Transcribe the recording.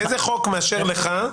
איזה חוק מאשר לך?